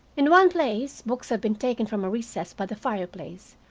in one place books had been taken from a recess by the fireplace,